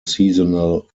seasonal